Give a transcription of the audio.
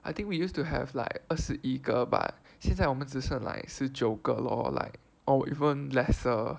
I think we used to have like 二十一个 but 现在我们只剩是 like 十九个 lor like or even lesser